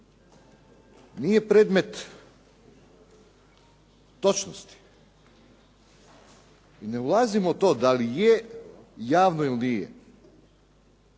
nije predmet točnosti i ne ulazimo u to da li je javno ili nije.